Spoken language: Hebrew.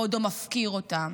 בעודו מפקיר אותם.